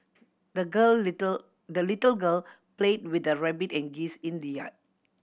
the girl little the little girl play with her rabbit and geese in the yard